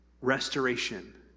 restoration